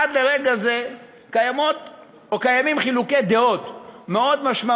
עד לרגע זה קיימים חילוקי דעות משמעותיים